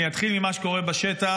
אני אתחיל עם מה שקורה בשטח,